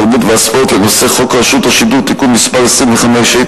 התרבות והספורט לנושא חוק רשות השידור (תיקון מס' 25),